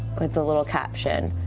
with a little caption.